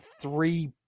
three